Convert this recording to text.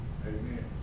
Amen